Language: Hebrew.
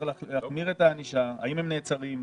האם הם נעצרים?